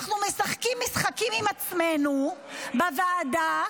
אנחנו מְשַחקים מִשְחקים עם עצמנו בוועדה,